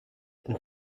and